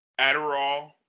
Adderall